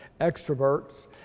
extroverts